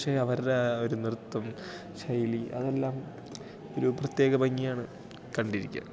പക്ഷേ അവരുടെ ആ ഒര് നൃത്തം ശൈലി അതെല്ലാം ഒരു പ്രത്യേക ഭംഗിയാണ് കണ്ടിരിക്കാൻ